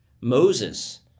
Moses